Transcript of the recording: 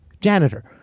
janitor